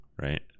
right